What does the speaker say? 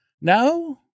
No